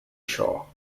shaw